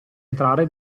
entrare